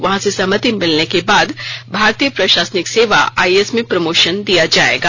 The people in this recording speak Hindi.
वहां से सहमति मिलने के बाद भारतीय प्रशासनिक सेवा आइएएस में प्रमोशन दिया जायेगा